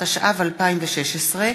התשע"ו 2016,